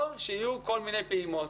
או שיהיו כל מיני פעימות.